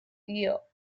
year